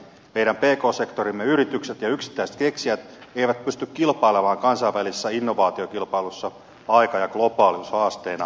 meidän pk sektorimme yritykset ja yksittäiset keksijät eivät pysty kilpai lemaan kansainvälisessä innovaatiokilpailussa aika ja globaalius haasteina